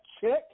chick